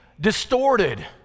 distorted